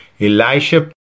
Elisha